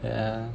yeah